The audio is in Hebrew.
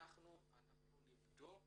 נבדוק